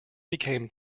became